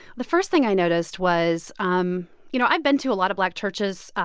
the first thing i noticed was um you know, i've been to a lot of black churches,